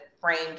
framed